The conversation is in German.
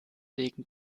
wegen